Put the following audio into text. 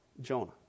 Jonah